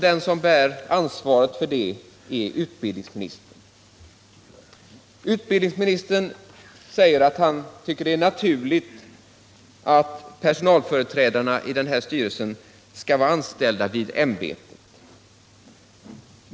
Den som bär ansvaret för detta är utbildningsministern. Utbildningsministern tycker att det är naturligt att personalföreträdarna i styrelsen för universitetsoch högskoleämbetet skall vara anställda vid ämbetet.